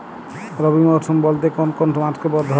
রবি মরশুম বলতে কোন কোন মাসকে ধরা হয়?